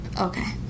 Okay